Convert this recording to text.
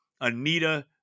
Anita